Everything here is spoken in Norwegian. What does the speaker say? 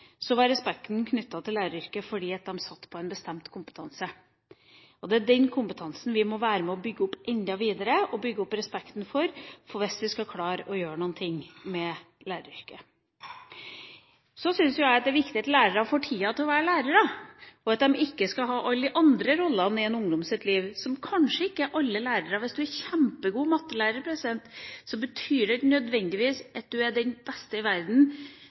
Så syns jeg det er viktig at lærerne får tid til å være lærere, at de ikke skal ha alle de andre rollene i en ungdoms liv. Hvis man er en kjempegod mattelærer, betyr det ikke nødvendigvis at du er den beste i verden